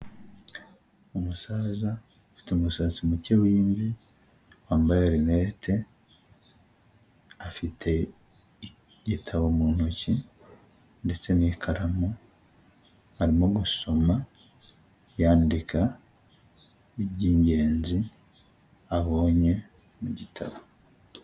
Umusaza ufite umusatsi muke w'imvi wambaye rinete, afite igitabo mu ntoki ndetse n'ikaramu arimo gusoma yandika iby'ingenzi abonye mu gitabo.